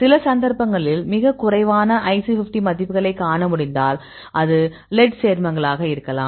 சில சந்தர்ப்பங்களில் மிகக் குறைவான IC50 மதிப்புகளைக் காண முடிந்தால் இது லெட் சேர்மங்களாக இருக்கலாம்